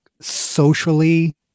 socially